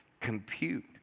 compute